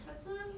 可是